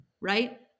Right